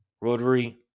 Rotary